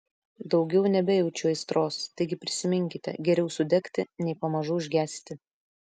daugiau nebejaučiu aistros taigi prisiminkite geriau sudegti nei pamažu užgesti